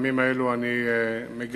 בימים אלה אני מגבש